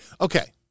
Okay